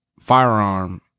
firearm